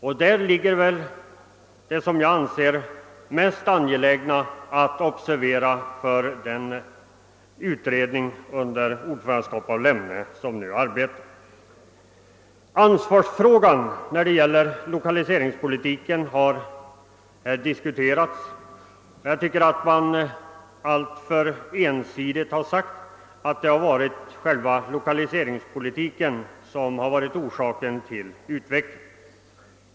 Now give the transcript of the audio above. För den utredning som arbetar under landshövding Lemnes ordförandeskap är detta den fråga som det är mest angeläget att uppmärksamma. Ansvarsfrågan när det gäller lokaliseringspolitiken har diskuterats i debatten. Jag anser att man därvid alltför ensidigt hävdat, att det varit själva lokaliseringspolitiken som varit orsaken till utvecklingen.